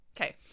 okay